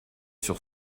sur